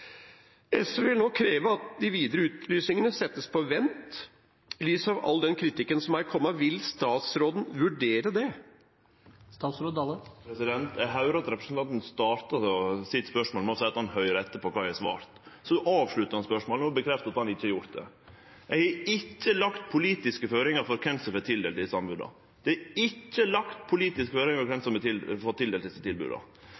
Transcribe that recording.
SV vil nå kreve at de videre utlysningene settes på vent, i lys av all den kritikken som er kommet. Vil statsråden vurdere det? Eg høyrde at representanten starta spørsmålet sitt med å seie at han høyrer etter når eg har svart. Så avsluttar han spørsmålet – og bekreftar at han ikkje har gjort det. Eg har ikkje lagt politiske føringar for kven som får tildelt desse anboda. Det er ikkje lagt politiske føringar for kven som får tildelt desse tilboda.